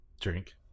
Drink